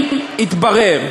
אבל אם יתברר,